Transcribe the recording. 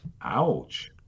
Ouch